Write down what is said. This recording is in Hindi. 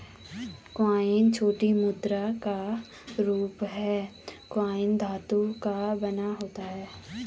कॉइन छोटी मुद्रा का रूप है कॉइन धातु का बना होता है